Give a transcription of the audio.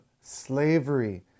slavery